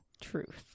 truth